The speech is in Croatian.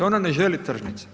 Ona ne želi tržnice.